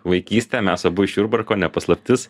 vaikystę mes abu iš jurbarko ne paslaptis